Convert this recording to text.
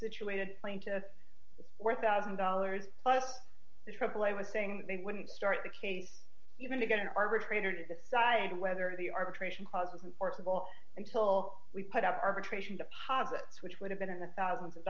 situated plaintiff were one thousand dollars plus the aaa was saying they wouldn't start the case even to get an arbitrator to decide whether the arbitration clauses forcible until we put up arbitration deposits which would have been in the thousands of